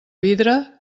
vidre